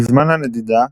בזמן הנדידה,